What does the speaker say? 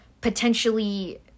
potentially